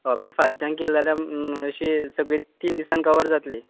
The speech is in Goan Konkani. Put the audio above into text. हां मागीर फालच्यान केल जाल्यार अशी सगळी तीन दिसान कवर जात्ली